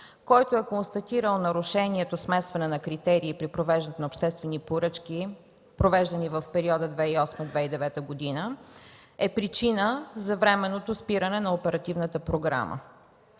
който е констатирал нарушение – смесване на критерии при провеждане на обществени поръчки, провеждани в периода 2008-2009 г., е причина за временното спиране на оперативната програма.